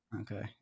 Okay